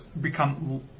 become